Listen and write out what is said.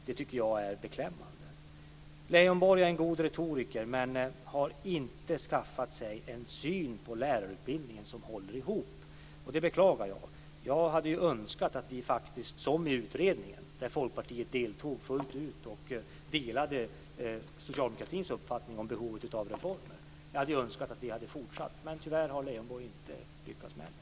Det är beklämmande. Leijonborg är en god retoriker, men han har inte skaffat sig en syn på lärarutbildningen som håller ihop. Det beklagar jag. Folkpartiet deltog fullt ut i utredningen och delade socialdemokratins uppfattning om behovet av reformer. Jag hade önskat att det hade fortsatt. Tyvärr har Leijonborg inte lyckats med det.